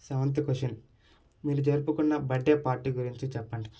seventh question మీరు జరుపుకున్న birthday party గురించి చెప్పండి